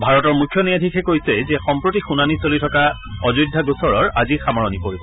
ভাৰতৰ মূখ্য ন্যায়াধীশে কৈছে যে সম্প্ৰতি শুনানি চলি থকা অযোধ্যা গোচৰৰ আজি সামৰণি পৰিব